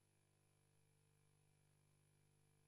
היום,